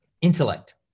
intellect